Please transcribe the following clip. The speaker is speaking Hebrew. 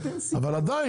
אבל בכל זאת,